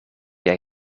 jij